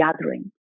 gathering